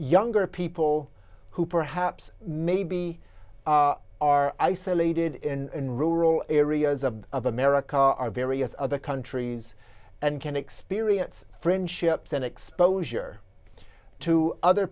younger people who perhaps maybe are isolated in rural areas of of america are various other countries and can experience friendships and exposure to other